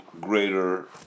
greater